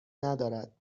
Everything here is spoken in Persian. ندارد